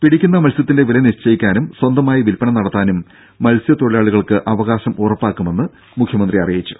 പിടിക്കുന്ന മത്സ്യത്തിന്റെ വില നിശ്ചയിക്കാനും സ്വന്തമായി വില്പന നടത്താനും മത്സ്യത്തൊഴിലാളികൾക്ക് അവകാശം ഉറപ്പാക്കുമെന്നും മുഖ്യമന്ത്രി അറിയിച്ചു